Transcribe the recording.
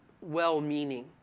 well-meaning